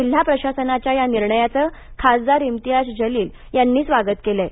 दरम्यान जिल्हा प्रशासनाच्या या निर्णयाचं खासदार इम्तियाज जलिल यांनी स्वागत केलं आहे